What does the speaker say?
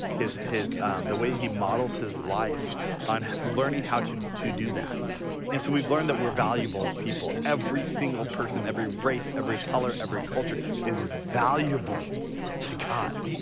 his his the way he models his life on learning how to to do that yes we've learned that we're valuable as people every single person, every race, every color, every culture is valuable to god.